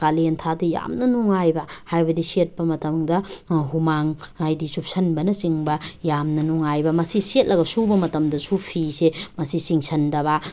ꯀꯥꯂꯦꯟ ꯊꯥꯗ ꯌꯥꯝꯅ ꯅꯨꯡꯉꯥꯏꯕ ꯍꯥꯏꯕꯗꯤ ꯁꯦꯠꯄ ꯃꯇꯝꯗ ꯍꯨꯃꯥꯡ ꯍꯥꯏꯗꯤ ꯆꯨꯞꯁꯤꯟꯕꯅꯆꯤꯡꯕ ꯌꯥꯝꯅ ꯅꯨꯡꯉꯥꯏꯕ ꯃꯁꯤ ꯁꯦꯠꯂꯒ ꯁꯨꯕ ꯃꯇꯝꯗꯁꯨ ꯐꯤꯁꯦ ꯃꯁꯤ ꯆꯤꯡꯁꯤꯟꯗꯕ